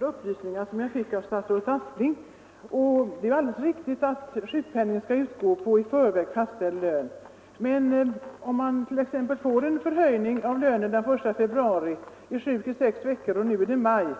Herr talman! Jag tackar för de kompletterande upplysningar som jag nu fick. Det är alldeles riktigt att sjukpenning skall utgå på en i förväg fastställd lön. Men om man blev sjuk någon gång i februari och var sjuk i t.ex. sex veckor